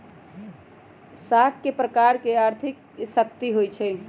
साख एक प्रकार के आर्थिक शक्ति होइ छइ